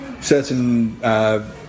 certain